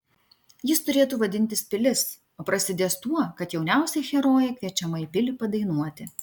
jis turėtų vadintis pilis o prasidės tuo kad jauniausia herojė kviečiama į pilį padainuoti